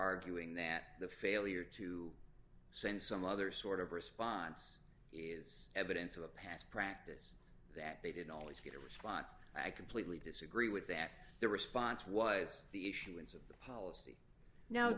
arguing that the failure to send some other sort of response is evidence of a past practice that they didn't always get a response i completely disagree with that the response was the issuance of the policy now